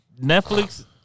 Netflix